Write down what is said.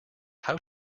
how